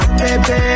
baby